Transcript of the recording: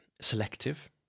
selective